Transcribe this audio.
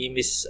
Miss